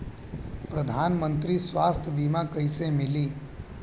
प्रधानमंत्री स्वास्थ्य बीमा कइसे मिली?